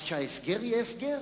אז שההסגר יהיה הסגר.